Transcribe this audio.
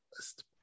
list